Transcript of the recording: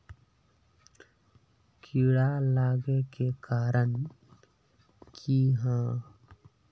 कीड़ा लागे के कारण की हाँ?